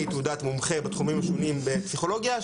תעודת מומחה בתחומים השונים בפסיכולוגיה,